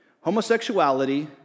homosexuality